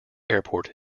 airport